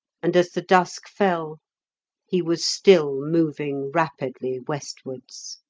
and as the dusk fell he was still moving rapidly westwards.